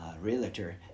realtor